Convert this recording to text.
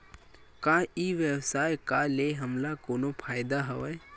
का ई व्यवसाय का ले हमला कोनो फ़ायदा हवय?